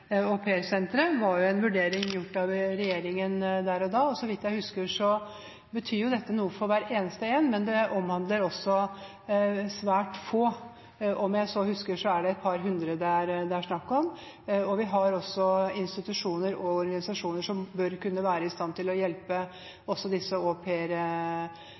Pair Center, var jo en vurdering gjort av regjeringen der og da. Så vidt jeg husker, betyr dette noe for hver eneste en, men omhandler svært få. Om jeg husker riktig, er det et par hundre det er snakk om. Vi har også institusjoner og organisasjoner som bør kunne være i stand til å hjelpe disse